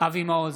אבי מעוז,